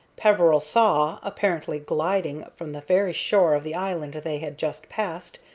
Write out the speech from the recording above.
peveril saw, apparently gliding from the very shore of the island they had just passed,